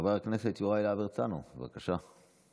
חבר הכנסת יוראי להב הרצנו, בבקשה,